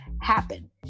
happen